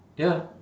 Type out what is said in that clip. ya